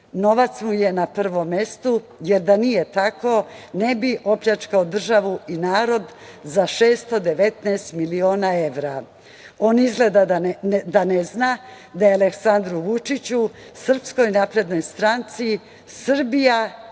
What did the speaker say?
Novac mu je na prvom mestu, jer da nije tako ne bi opljačkao državu i narod za 619 miliona evra. On izgleda da ne zna da je Aleksandru Vučiću i Srpskoj naprednoj stranci Srbija